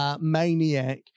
Maniac